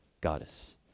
goddess